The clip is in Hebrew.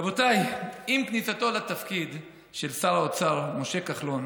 רבותיי, עם כניסתו לתפקיד של שר האוצר משה כחלון